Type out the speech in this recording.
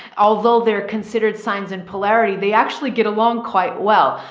although they're considered signs and polarity, they actually get along quite well.